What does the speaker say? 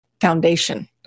foundation